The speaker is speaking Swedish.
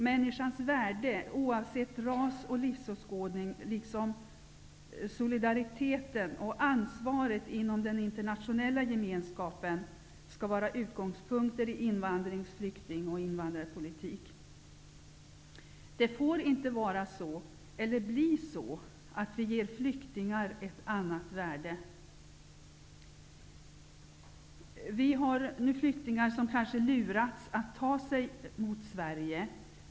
Människans värde, oavsett ras och livsåskåd ning, liksom solidariteten och ansvaret inom den internationella gemenskapen skall vara utgångs punkter i invandrings-, flykting och invandrarpo litik. Det får inte vara så, eller bli så, att vi ger flyk tingar ett annat värde. Vi har flyktingar som kanske har lurats att ta sig till Sverige.